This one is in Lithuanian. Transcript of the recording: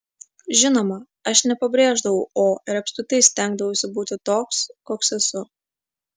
žinoma aš nepabrėždavau o ir apskritai stengdavausi būti toks koks esu